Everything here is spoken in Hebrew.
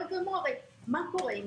הרי מה קורה?